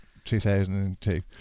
2002